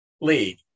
league